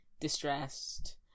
distressed